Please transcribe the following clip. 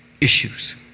issues